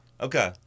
Okay